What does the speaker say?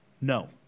No